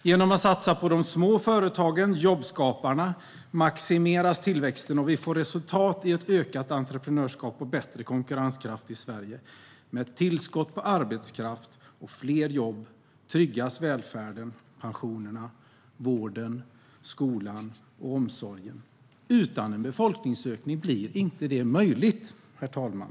Genom att satsa på de små företagen, det vill säga jobbskaparna, maximeras tillväxten och vi får resultat i ett ökat entreprenörskap och bättre konkurrenskraft för Sverige. Med ett tillskott av arbetskraft och fler jobb tryggas välfärden, pensionerna, vården, skolan och omsorgen. Utan en befolkningsökning blir inte det möjligt, herr talman.